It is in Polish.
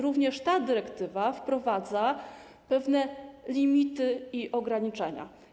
Również ta dyrektywa wprowadza pewne limity i ograniczenia.